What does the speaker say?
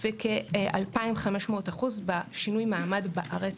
וכ-2,500% בשינוי מעמד בארץ,